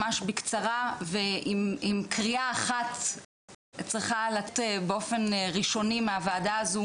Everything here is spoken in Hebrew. ממש בקצרה ואם קריאה אחת צריכה לצאת באופן ראשוני מהוועדה הזו,